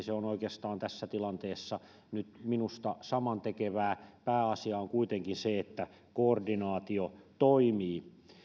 se on oikeastaan tässä tilanteessa minusta samantekevää pääasia on kuitenkin se että koordinaatio toimii